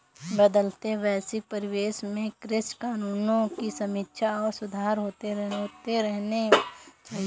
बदलते वैश्विक परिवेश में कृषि कानूनों की समीक्षा और सुधार होते रहने चाहिए